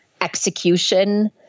execution